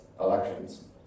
elections